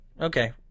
Okay